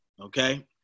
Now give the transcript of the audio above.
okay